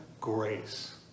Grace